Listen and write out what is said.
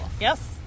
Yes